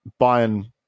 Bayern